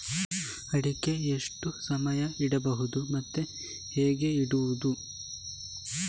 ಅಡಿಕೆ ಎಷ್ಟು ಸಮಯ ಇಡಬಹುದು ಮತ್ತೆ ಹೇಗೆ ಇಡುವುದು?